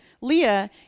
Leah